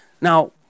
Now